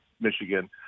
Michigan